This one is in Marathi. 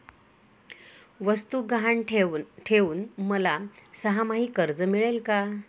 वस्तू गहाण ठेवून मला सहामाही कर्ज मिळेल का?